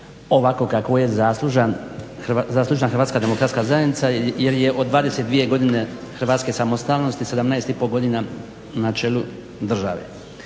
ovakvo kakvo je zaslužan HDZ jer je od 22 godine hrvatske samostalnosti 17,5 godina na čelu države